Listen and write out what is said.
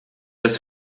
das